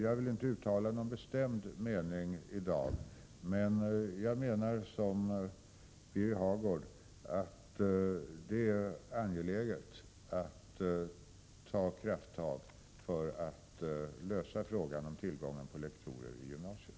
Jag vill inte uttala någon bestämd mening i dag, men jag anser liksom Birger Hagård att det är angeläget att ta krafttag för att lösa frågan om tillgången på lektorer i gymnasiet.